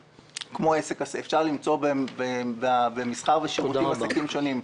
אפשר למצוא במסחר ושירותים עסקים שונים.